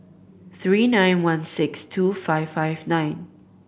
three nine one six two five five nine